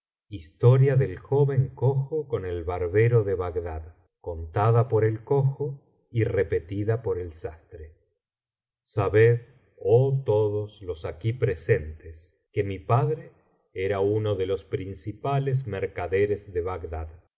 historia del jouen cojo con el barbero de bagdad contada por el cojo y befetida poh el sastre sabed oh todos los aquí presentes que mi padre era uno de los principales mercaderes de bagdad y